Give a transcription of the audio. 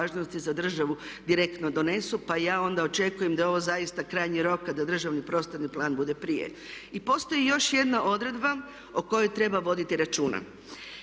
za državu direktno donesu. Pa ja onda očekujem da je ovo zaista krajnji rok da državni prostorni plan bude prije. I postoji još jedna odredba o kojoj treba voditi računa.